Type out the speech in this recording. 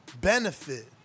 benefit